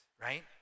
right